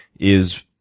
is